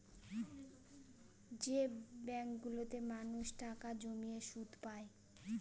যে ব্যাঙ্কগুলোতে মানুষ টাকা জমিয়ে সুদ পায়